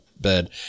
bed